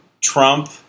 Trump